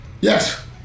Yes